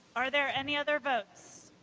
are there any other votes?